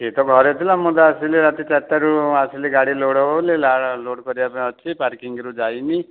ସିଏ ତ ଘରେ ଥିଲା ମୁଁ ତ ଆସିଲି ରାତି ଚାରିଟାରୁ ଆସିଲି ଗାଡ଼ି ଲୋଡ଼୍ ହେବ ବୋଲି ଲୋଡ଼୍ କରିବାପାଇଁ ଅଛି ପାର୍କିଂରୁ ଯାଇନି